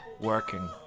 working